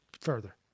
further